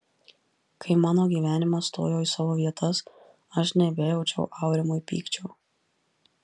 kai mano gyvenimas stojo į savo vietas aš nebejaučiau aurimui pykčio